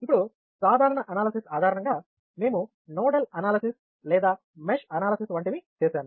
ఇప్పుడు సాధారణ అనాలిసిస్ ఆధారంగా మేము నోడల్ అనాలిసిస్ లేదా మెష్ అనాలిసిస్ వంటివి చేసాము